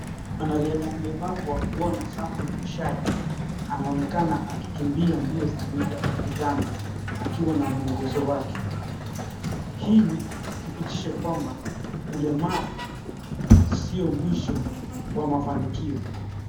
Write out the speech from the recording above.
Mwanariadha mlemavu wa kuona Samwel Mushai anaonekana akikimbia mbio za mita elfu tano akiwa na mwongozo wake. Hii ni dhibitisho kwamba ulemavu sio mwisho wa mafanikio.